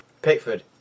Pickford